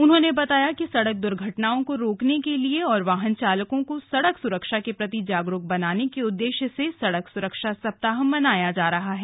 उन्होंने बताया कि सड़क द्र्घटनाओं को रोकने के लिए और वाहन चालकों को सड़क सुरक्षा के प्रति जागरूक बनाने के उद्देश्य से सड़क सुरक्षा सप्ताह मनाया जा रहा है